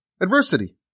adversity